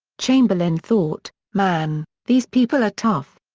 chamberlain thought, man, these people are tough.